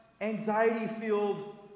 anxiety-filled